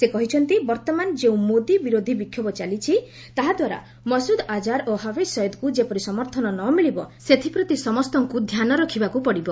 ସେ କହିଛନ୍ତି ବର୍ତ୍ତମାନ ଯେଉଁ ମୋଦି ବିରୋଧୀ ବିକ୍ଷୋଭ ଚାଲିଛି ତାହାଦ୍ୱାରା ମସୁଦ ଅଜ୍ହର୍ ଓ ହାଫିଜ୍ ସୟିଦ୍କୁ ଯେପରି ସମର୍ଥନ ନ ମିଳିବ ସେଥିପ୍ରତି ସମସ୍ତଙ୍କୁ ଧ୍ୟାନ ରଖିବାକୁ ପଡ଼ିବ